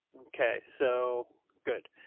okay, so good.